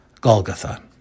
Golgotha